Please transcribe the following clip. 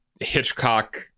Hitchcock